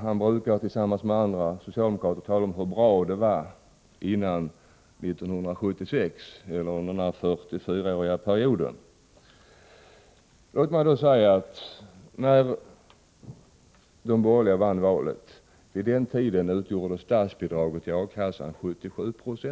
Han brukar tillsammans med andra socialdemokrater tala om hur bra det var under perioden 1944-1976. När de borgerliga vann valet 1976 utgjorde statsbidraget till A-kassan 77 90,